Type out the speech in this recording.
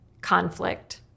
conflict